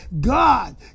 God